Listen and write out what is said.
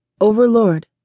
Overlord